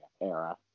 era